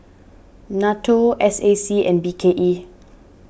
Nato S A C and B K E